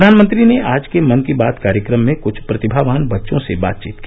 प्रधानमंत्री ने आज के मन की बात कार्यक्रम में कृछ प्रतिभावान बच्चों से बातचीत की